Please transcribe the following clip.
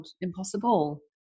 impossible